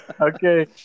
Okay